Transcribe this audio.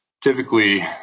typically